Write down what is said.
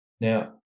Now